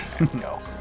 No